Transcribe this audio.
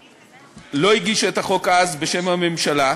ולא הגישה את החוק אז בשם הממשלה.